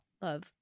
Love